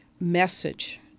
message